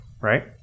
right